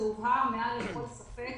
זה הובהר מעל לכל ספק.